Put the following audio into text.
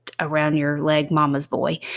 around-your-leg-mama's-boy